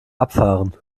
abfahren